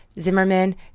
Zimmerman